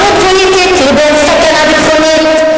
אפשר לערב בין נאמנות פוליטית לבין סכנה ביטחונית,